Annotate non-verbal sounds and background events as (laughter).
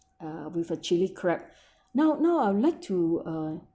uh with a chili crab (breath) now now I would like to uh